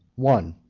one.